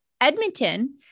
Edmonton